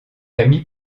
amis